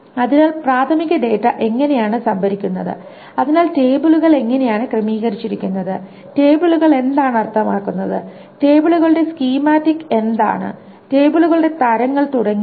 അതിനാൽ പ്രാഥമിക ഡാറ്റ എങ്ങനെയാണ് സംഭരിച്ചിരിക്കുന്നത് അതിനാൽ ടേബിളുകൾ എങ്ങനെയാണ് ക്രമീകരിച്ചിരിക്കുന്നത് ടേബിളുകൾ എന്താണ് അർത്ഥമാക്കുന്നത് ടേബിളുകളുടെ സ്കീമറ്റിക്സ് എന്താണ് ടേബിളുകളുടെ തരങ്ങൾ തുടങ്ങിയവ